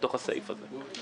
בתוך הסעיף הזה.